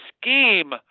scheme